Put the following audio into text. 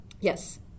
Yes